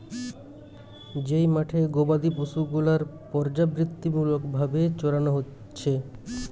যেই মাঠে গোবাদি পশু গুলার পর্যাবৃত্তিমূলক ভাবে চরানো হচ্ছে